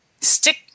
stick